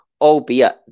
albeit